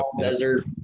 desert